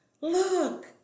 look